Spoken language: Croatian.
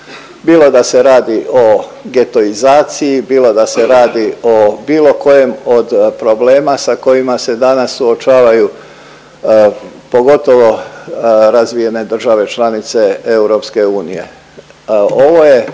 bilo da se radi o getoizaciji, bilo da se radi o bilo kojem od problema sa kojima se danas suočavaju pogotovo razvijene države članice EU. Ovo je